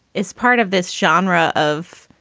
as part of this genre of,